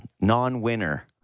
Non-winner